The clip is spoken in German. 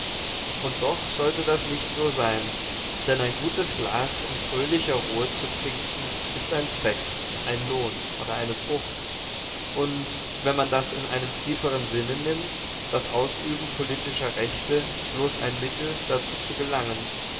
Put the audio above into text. und doch sollte das nicht so sein denn ein gutes glas in fröhlicher ruhe zu trinken ist ein zweck ein lohn oder eine frucht und wenn man das in einem tiefern sinne nimmt das ausüben politischer rechte bloß ein mittel dazu zu gelangen